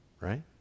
right